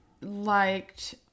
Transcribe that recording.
liked